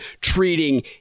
treating